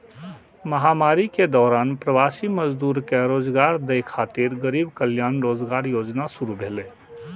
महामारी के दौरान प्रवासी मजदूर कें रोजगार दै खातिर गरीब कल्याण रोजगार योजना शुरू भेलै